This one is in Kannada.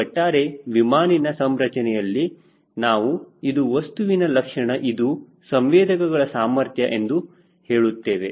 ಈ ಒಟ್ಟಾರೆ ವಿಮಾನಿನ ಸಂರಚನೆಯಲ್ಲಿ ನಾವು ಇದು ವಸ್ತುವಿನ ಲಕ್ಷಣ ಇದು ಸಂವೇದಕಗಳ ಸಾಮರ್ಥ್ಯ ಎಂದು ಹೇಳುತ್ತೇವೆ